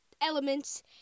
elements